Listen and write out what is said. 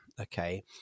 Okay